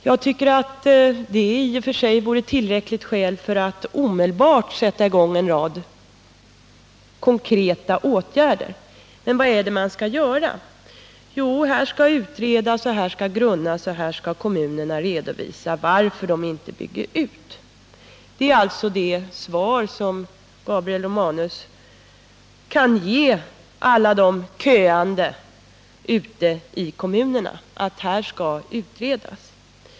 Jag tycker att det i och för sig vore ett tillräckligt skäl för att omedelbart sätta i gång med en rad konkreta åtgärder. Men vad är det man skall göra? Jo, här skall utredas och grunnas, och här skall kommunerna redovisa varför de inte bygger ut. Det är alltså det svar som Gabriel Romanus kan ge till alla de köande ute i kommunerna — att här skall utredas.